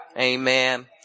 Amen